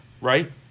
Right